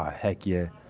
ah heck yeah.